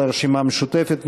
של הרשימה המשותפת,